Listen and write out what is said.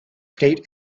state